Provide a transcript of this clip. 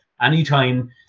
anytime